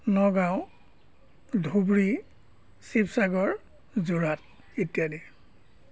নগাঁও ধুবুৰী শিৱসাগৰ যোৰহাট ইত্যাদি